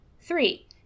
Three